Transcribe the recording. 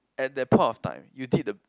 at that point of time you did the